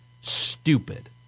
stupid